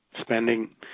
spending